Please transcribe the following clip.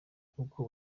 kuko